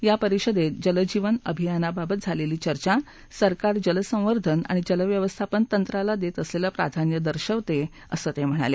या परिषदेत जलजीवन अभियानाबाबत झालेली चर्चा सरकार जलसंवर्धन आणि जलव्यवस्थापन तंत्राला देत असलेलं प्राधान्य दर्शवते असं ते म्हणाले